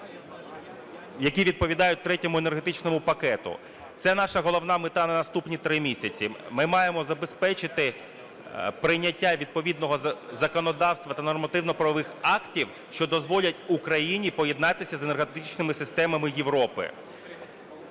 які відповідають Третьому енергетичному пакету. Це наша головна мета на наступні три місяці. Ми маємо забезпечити прийняття відповідного законодавства та нормативно-правових актів, що дозволять Україні поєднатися з енергетичними системами Європи.